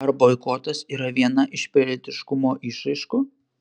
ar boikotas yra viena iš pilietiškumo išraiškų